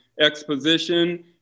exposition